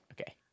okay